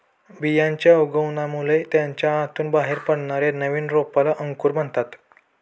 बियांच्या उगवणामुळे त्याच्या आतून बाहेर पडणाऱ्या नवीन रोपाला अंकुर म्हणतात